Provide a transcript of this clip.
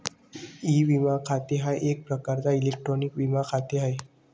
E विमा खाते हा एक प्रकारचा इलेक्ट्रॉनिक विमा खाते आहे